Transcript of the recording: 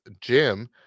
Jim